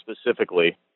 specifically